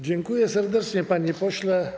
Dziękuję serdecznie, panie pośle.